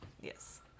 Yes